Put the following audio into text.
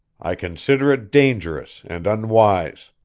i consider it dangerous, and unwise.